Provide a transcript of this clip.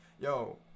yo